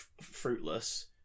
fruitless